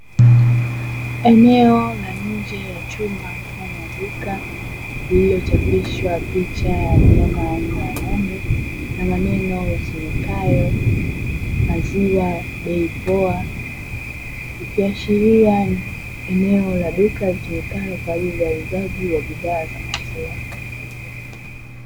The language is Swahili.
Eneo la nje ya chumba mfano wa duka, lililochapishwa picha ya mnyama aina ya ng'ombe na maneno yasomekayo "maziwa bei poa", ikiashiria ni eneo la duka litumikalo kwa ajili ya uuzaji wa bidhaa za maziwa.